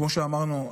כמו שאמרנו,